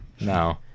No